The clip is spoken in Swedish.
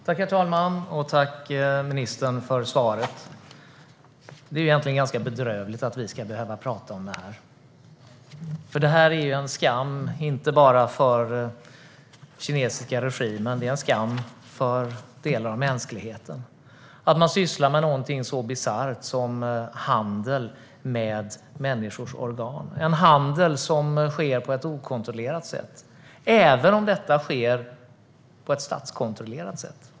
Herr talman! Jag tackar ministern för svaret. Det är egentligen ganska bedrövligt att vi ska behöva tala om detta, för det är en skam. Det är en skam inte bara för den kinesiska regimen utan även för delar av mänskligheten att man sysslar med någonting så bisarrt som handel med människors organ. Det är en handel som sker på ett okontrollerat sätt, även om det sker på ett statskontrollerat sätt.